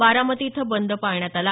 बारामती इथं बंद पाळण्यात आला